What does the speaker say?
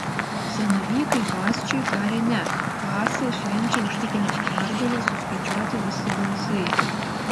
zanavykai basčiui tarė ne haase švenčia užtikrintą pergalę suskaičiuoti visi balsai